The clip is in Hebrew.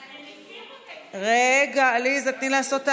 גברתי היושבת-ראש, משכנו את